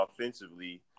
offensively